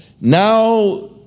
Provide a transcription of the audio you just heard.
Now